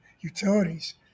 utilities